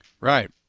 Right